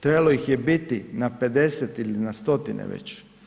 Trebalo ih je biti na 50 ili na 100-tine već.